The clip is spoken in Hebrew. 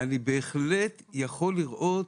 אני בהחלט יכול לראות